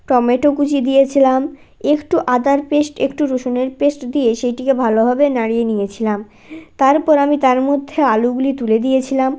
tomato কুচি দিয়েছিলাম একটু আদার পেস্ট একটু রসুনের পেস্ট দিয়ে সেটিকে ভালোভাবে নাড়িয়ে নিয়েছিলাম তারপর আমি তার মধ্যে আলুগুলি তুলে দিয়েছিলাম